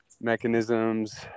mechanisms